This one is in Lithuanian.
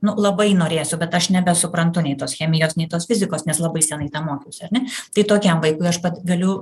nu labai norėsiu bet aš nebesuprantu nei tos chemijos nei tos fizikos nes labai senai tą mokiaus ar ne tai tokiam vaikui aš vat galiu